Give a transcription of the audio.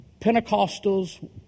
Pentecostals